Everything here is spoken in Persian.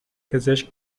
پزشک